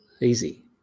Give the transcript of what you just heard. easy